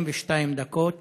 42 דקות.